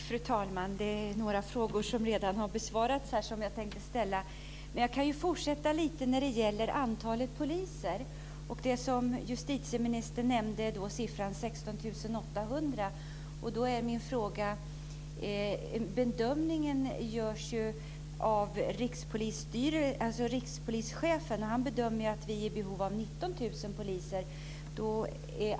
Fru talman! Några frågor som jag tänkte ställa har redan besvarats. Men jag kan fortsätta lite när det gäller antalet poliser. Justitieministern nämnde siffran 16 800. Rikspolischefen bedömer ju att vi är i behov av 19 000 poliser.